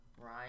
right